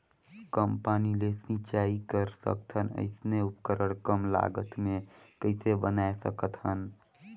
कम पानी ले सिंचाई कर सकथन अइसने उपकरण कम लागत मे कइसे बनाय सकत हन?